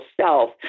self